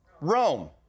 Rome